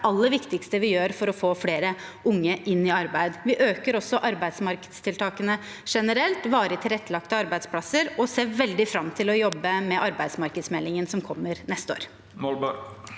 det aller viktigste vi gjør for å få flere unge inn i arbeid. Vi øker også arbeidsmarkedstiltakene generelt, varig tilrettelagte arbeidsplasser, og ser veldig fram til å jobbe med arbeidsmarkedsmeldingen som kommer neste år.